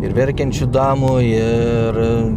ir verkiančių damų ir